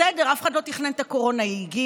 בסדר, אף אחד לא תכנן את הקורונה, היא הגיעה,